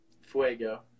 fuego